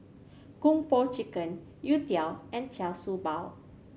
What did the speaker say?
Kung Po Chicken youtiao and Char Siew Bao